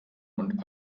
und